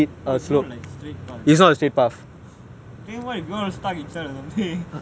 oh it was not like straight path then what if we all stuck inside or something